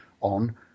on